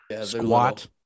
squat